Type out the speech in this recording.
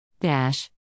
dash